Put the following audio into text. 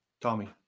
Tommy